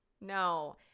No